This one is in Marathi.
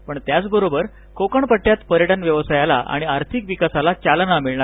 पण त्याचबरोबर कोकणपट्टयात पर्यटन व्यवसायाला आणि आर्थिक विकासाला चालना मिळणार आहे